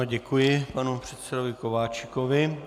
Ano, děkuji panu předsedovi Kováčikovi.